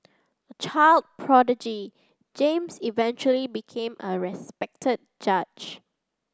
a child prodigy James eventually became a respected judge